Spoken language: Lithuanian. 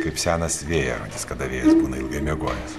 kaip senas vėjarodis kada vėjas būna ilgai miegojęs